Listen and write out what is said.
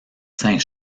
saint